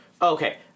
Okay